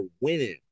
winning